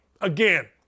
again